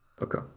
Okay